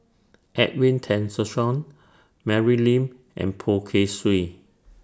Edwin Tessensohn Mary Lim and Poh Kay Swee